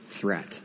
threat